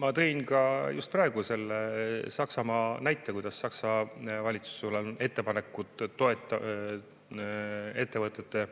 Ma tõin ka just praegu selle Saksamaa näite, kuidas Saksa valitsusel on ettepanekud ettevõtete